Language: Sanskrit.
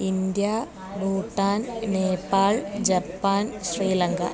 India Bhutan Nepal Japan Sri Lanka